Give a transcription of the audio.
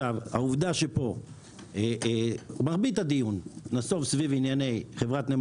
העובדה שפה מרבית הדיון נסוב סביב ענייני חברת נמל